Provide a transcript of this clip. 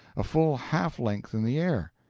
a full half-length in the air.